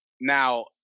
Now